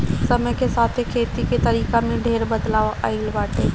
समय के साथे खेती के तरीका में ढेर बदलाव आइल बाटे